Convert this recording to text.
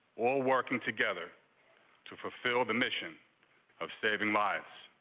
all working together to fulfill the mission of saving lives.